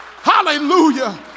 hallelujah